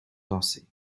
danser